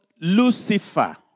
Lucifer